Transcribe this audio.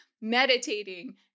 meditating